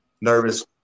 nervous